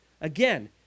Again